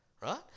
right